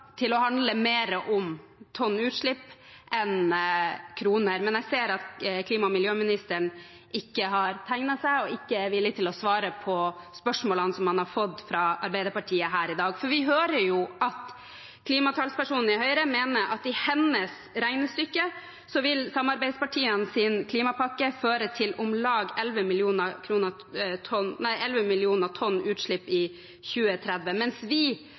til å handle mer om tonn utslipp enn om kroner, men jeg ser at klima- og miljøministeren ikke har tegnet seg og ikke er villig til å svare på spørsmålene han har fått fra Arbeiderpartiet her i dag. Vi hører at klimatalspersonen i Høyre, ut fra sitt regnestykke, mener at samarbeidspartienes klimapakke vil føre til om lag 11 millioner tonn